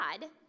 God